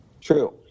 True